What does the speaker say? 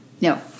No